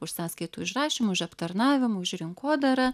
už sąskaitų išrašymą už aptarnavimą už rinkodarą